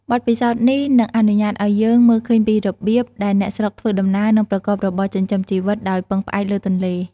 បទពិសោធន៍នេះនឹងអនុញ្ញាតឱ្យយើងមើលឃើញពីរបៀបដែលអ្នកស្រុកធ្វើដំណើរ និងប្រកបរបរចិញ្ចឹមជីវិតដោយពឹងផ្អែកលើទន្លេ។